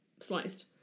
sliced